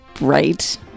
right